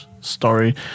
story